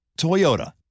Toyota